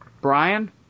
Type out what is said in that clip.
Brian